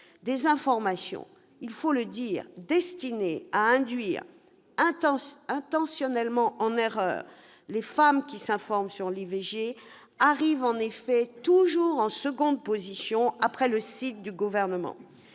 des informations destinées à induire intentionnellement en erreur les femmes qui s'informent sur l'IVG, arrive toujours en seconde position, après le site du Gouvernement.